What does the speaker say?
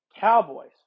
Cowboys